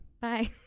bye